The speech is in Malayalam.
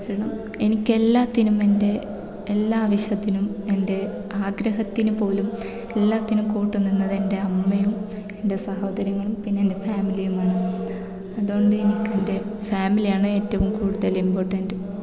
കാരണം എനിക്ക് എല്ലാറ്റിനും എൻ്റെ എല്ലാ ആവശ്യത്തിനും എൻ്റെ ആഗ്രഹത്തിനു പോലും എല്ലാറ്റിനും കൂട്ടുനിന്നത് എൻ്റെ അമ്മയും എൻ്റെ സഹോദരങ്ങളും പിന്നെ എൻ്റെ ഫാമിലിയുമാണ് അതുകൊണ്ട് എനിക്കെൻ്റെ ഫാമിലിയാണ് ഏറ്റവും കൂടുതൽ ഇമ്പോർട്ടൻറ്റ്